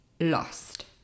lost